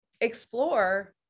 explore